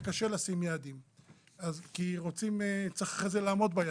זה קשה לשים יעדים כי צריך אחרי זה לעמוד ביעדים.